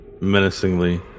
menacingly